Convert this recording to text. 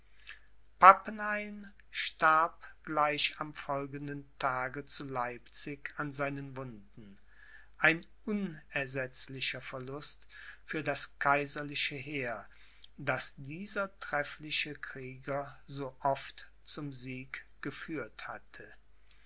pappenheim starb gleich am folgenden tage zu leipzig an seinen wunden ein unersetzlicher verlust für das kaiserliche heer das dieser treffliche krieger so oft zum sieg geführt hatte